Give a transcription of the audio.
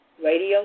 radio